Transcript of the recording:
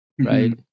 right